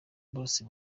bose